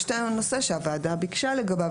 יש את הנושא שהוועדה ביקשה לגביו,